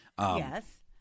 Yes